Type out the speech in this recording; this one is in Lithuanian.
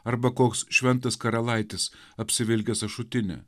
arba koks šventas karalaitis apsivilkęs ašutinę